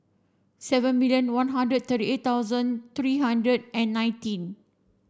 seven million one hundred thirty eight thousand three hundred and nineteen